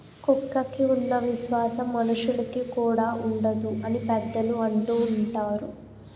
కుక్కకి ఉన్న విశ్వాసం మనుషులుకి కూడా ఉండదు అని పెద్దలు అంటూవుంటారు